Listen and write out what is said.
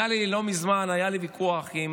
לא מזמן היה לי ויכוח עם